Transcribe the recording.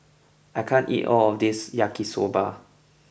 I can't eat all of this Yaki soba